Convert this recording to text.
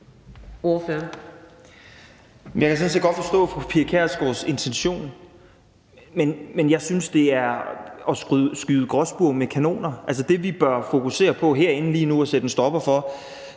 set godt forstå fru Pia Kjærsgaards intention, men jeg synes, det er at skyde gråspurve med kanoner. Det, vi bør fokusere på herinde lige nu at sætte en stopper for,